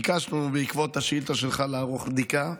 בעקבות השאילתה שלך, ביקשנו לערוך בדיקה.